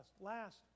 Last